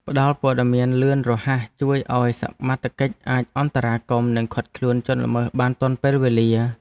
ផ្ដល់ព័ត៌មានលឿនរហ័សជួយឱ្យសមត្ថកិច្ចអាចអន្តរាគមន៍និងឃាត់ខ្លួនជនល្មើសបានទាន់ពេលវេលា។